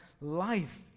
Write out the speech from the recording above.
life